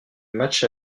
match